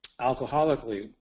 alcoholically